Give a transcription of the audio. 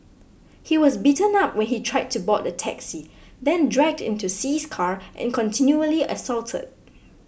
he was beaten up when he tried to board the taxi then dragged into see's car and continually assaulted